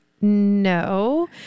No